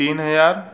तीन हज़ार